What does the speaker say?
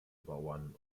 bauern